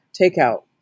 takeout